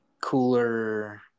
cooler